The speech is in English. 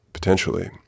Potentially